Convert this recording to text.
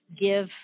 give